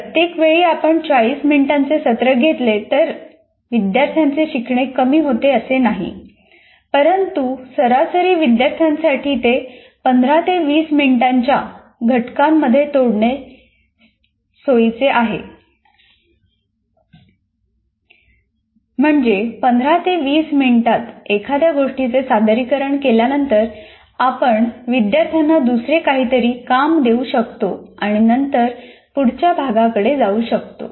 प्रत्येक वेळी आपण 40 मिनिटांचे सत्र घेतले तर विद्यार्थ्यांचे शिकणे कमी होते असे नाही परंतु सरासरी विद्यार्थ्यासाठी ते 15 ते 20 मिनिटांच्या घटकांमध्ये तोडणे श्रेयस्कर आहे ते म्हणजे 15 20 मिनिटात एखाद्या गोष्टीचे सादरीकरण केल्यानंतर आपण विद्यार्थ्यांना दुसरे काहीतरी काम देऊ शकतो आणि नंतर पुढच्या भागाकडे जाऊ शकतो